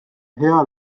hea